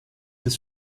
des